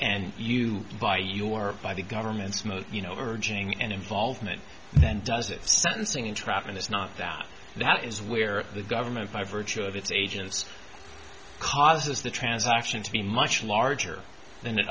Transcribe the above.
and you by your by the government's move you know urging and involvement then does it sentencing entrapment is not that that is where the government by virtue of its agents causes the transaction to be much larger than it